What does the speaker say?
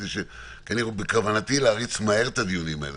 כי בכוונתי להריץ מהר את הדיונים האלה.